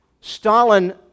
Stalin